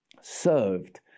served